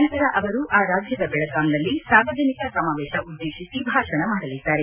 ನಂತರ ಅವರು ರಾಜ್ಯದ ಬೆಳಗಾಂನಲ್ಲಿ ಸಾರ್ವಜನಿಕ ಸಮಾವೇಶ ಉದ್ದೇಶಿಸಿ ಭಾಷಣ ಮಾಡಲಿದ್ದಾರೆ